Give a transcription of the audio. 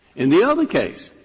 and the other case,